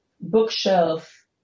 bookshelf –